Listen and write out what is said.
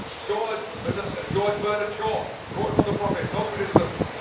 george but ah george bernard shaw wrote on the prophet. no criticism.